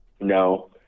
No